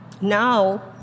now